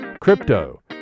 Crypto